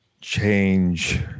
change